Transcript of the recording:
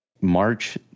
March